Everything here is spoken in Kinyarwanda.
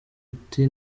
ati